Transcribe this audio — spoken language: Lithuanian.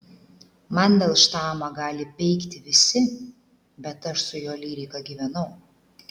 mandelštamą gali peikti visi bet aš su jo lyrika gyvenau